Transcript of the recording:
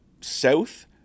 south